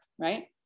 right